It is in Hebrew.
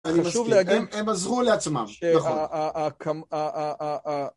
אני מסכים, הם עזרו לעצמם, נכון.